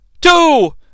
Two